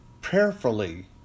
prayerfully